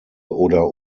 oder